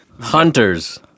Hunters